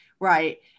Right